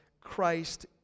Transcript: Christ